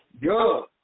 Good